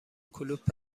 کلوپ